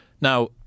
Now